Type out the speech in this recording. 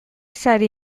sari